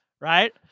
Right